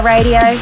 Radio